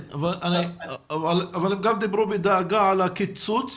אבל הם גם דיברו בדאגה על הקיצוץ